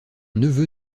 neveu